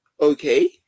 okay